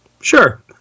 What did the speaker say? Sure